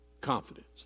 confidence